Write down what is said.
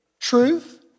truth